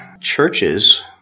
churches